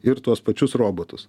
ir tuos pačius robotus